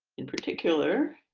in particular,